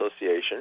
Association